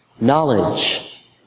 knowledge